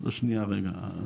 שנייה רגע,